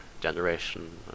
generation